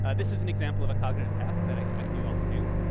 ah this is an example of a cognitive task that i expect you you all to do.